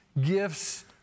gifts